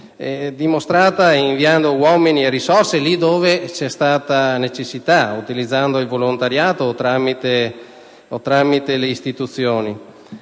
di altruismo, inviando uomini e risorse là dove ve ne è stata necessità ed utilizzando il volontariato o tramite le istituzioni.